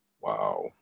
Wow